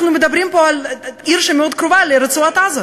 אנחנו מדברים פה על עיר שמאוד קרובה לרצועת-עזה.